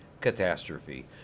catastrophe